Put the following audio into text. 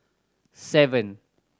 seven